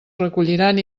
recolliran